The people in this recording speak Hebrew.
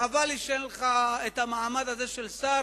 חבל שאין לך המעמד הזה של שר,